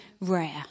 rare